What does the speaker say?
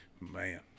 Man